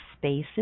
spaces